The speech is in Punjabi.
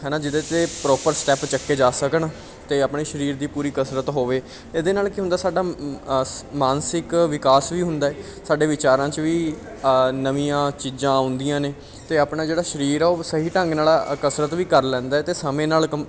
ਹੈ ਨਾ ਜਿਹਦੇ 'ਤੇ ਪ੍ਰੋਪਰ ਸਟੈਪ ਚੱਕੇ ਜਾ ਸਕਣ ਅਤੇ ਆਪਣੇ ਸਰੀਰ ਦੀ ਪੂਰੀ ਕਸਰਤ ਹੋਵੇ ਇਹਦੇ ਨਾਲ ਕੀ ਹੁੰਦਾ ਸਾਡਾ ਅਸ ਮਾਨਸਿਕ ਵਿਕਾਸ ਵੀ ਹੁੰਦਾ ਹੈ ਸਾਡੇ ਵਿਚਾਰਾਂ 'ਚ ਵੀ ਨਵੀਆਂ ਚੀਜ਼ਾਂ ਆਉਂਦੀਆਂ ਨੇ ਅਤੇ ਆਪਣਾ ਜਿਹੜਾ ਸਰੀਰ ਆ ਉਹ ਸਹੀ ਢੰਗ ਨਾਲ ਅ ਕਸਰਤ ਵੀ ਕਰ ਲੈਂਦਾ ਅਤੇ ਸਮੇਂ ਨਾਲ